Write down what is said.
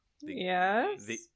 Yes